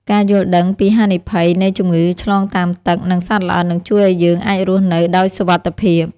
ការយល់ដឹងពីហានិភ័យនៃជំងឺឆ្លងតាមទឹក និងសត្វល្អិតនឹងជួយឱ្យយើងអាចរស់នៅដោយសុវត្ថិភាព។